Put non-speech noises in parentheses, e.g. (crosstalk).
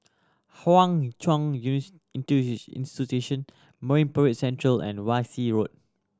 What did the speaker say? Hwa Chong (unintelligible) Institution Marine Parade Central and Wan Shih Road